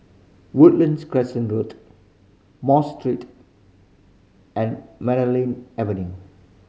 Woodlands Road More Street and Avenue